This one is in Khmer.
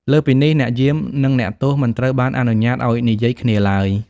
លើសពីនេះ អ្នកយាម និងអ្នកទោសមិនត្រូវបានអនុញ្ញាតឱ្យនិយាយគ្នាឡើយ។